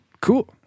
Cool